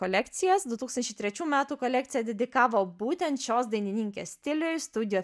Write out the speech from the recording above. kolekcijas du tūkstančiai trečių metų kolekciją dedikavo būtent šios dainininkės stiliui studija